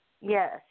Yes